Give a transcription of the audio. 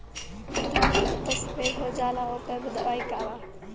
धान के पत्ता सफेद हो जाला ओकर दवाई का बा?